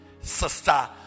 Sister